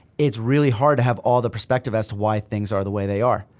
it's really hard to have all the perspective as to why things are the way they are.